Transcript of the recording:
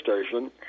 Station